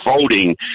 voting